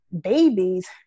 babies